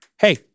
hey